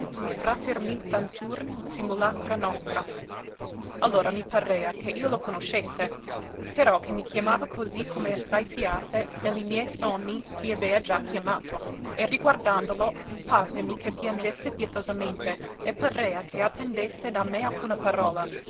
praetermictantur simulacra nostra allora mi parea che io lo conoscesse però che mi chiamava così come assai fiate ne li miei sonni m'avea già chiamato e riguardandolo parvemi che piangesse pietosamente e parea che attendesse da me alcuna parola